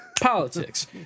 Politics